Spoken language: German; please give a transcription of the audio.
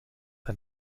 ein